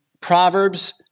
Proverbs